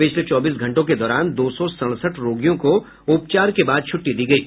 पिछले चौबीस घंटों के दौरान दो सौ सड़सठ रोगियों को उपचार के बाद छूट्टी दी गयी